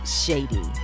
Shady